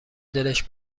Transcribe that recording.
دلش